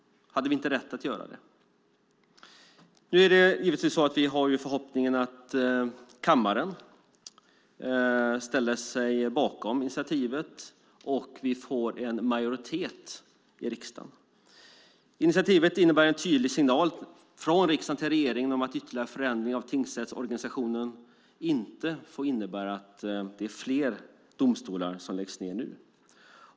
Hade vi inte rätt att göra det? Vi har givetvis förhoppningen att kammaren ställer sig bakom initiativet så att vi får en majoritet i riksdagen. Initiativet innebär en tydlig signal från riksdagen till regeringen om att ytterligare förändring av tingsrättsorganisationen inte får innebära att fler domstolar läggs ned nu.